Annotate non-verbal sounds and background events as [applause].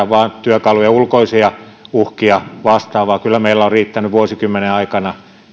[unintelligible] vain työkaluja ulkoisia uhkia vastaan vaan kyllä meillä on riittänyt vuosikymmenen aikana